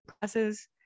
classes